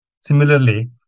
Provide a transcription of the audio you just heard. Similarly